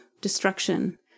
destruction